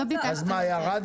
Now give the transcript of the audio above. משרד